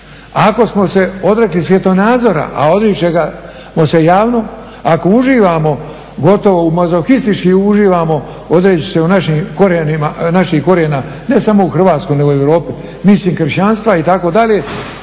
ako smo se odrekli svjetonazora, a odričemo ga se javno, ako uživamo gotovo mazohistički uživamo odreći se naših korijena ne samo u Hrvatskoj nego i u Europi, mislim kršćanstva itd.,